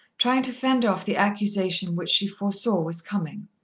trying to fend off the accusation which she foresaw was coming.